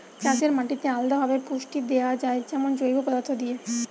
চাষের মাটিতে আলদা ভাবে পুষ্টি দেয়া যায় যেমন জৈব পদার্থ দিয়ে